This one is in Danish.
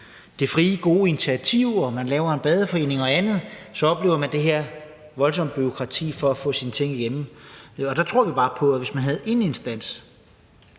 det frie, gode initiativ om at lave en badeforening og andet oplever det her voldsomme bureaukrati for at få sine ting igennem. Der tror vi bare på, at der skulle være én instans,